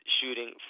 shooting